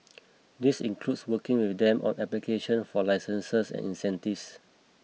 this includes working with them on application for licenses and incentives